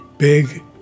big